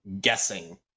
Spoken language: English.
guessing